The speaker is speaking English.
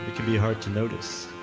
it could be hard to notice